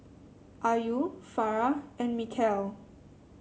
Ayu Farah and Mikhail